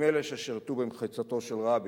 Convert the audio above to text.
עם אלה ששירתו במחיצתו של רבין,